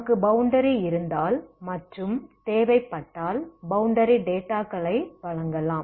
நமக்கு பௌண்டரி இருந்தால் மற்றும் தேவை பட்டால் பௌண்டரி டேட்டாகளை வழங்கலாம்